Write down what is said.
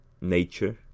nature